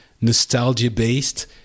nostalgia-based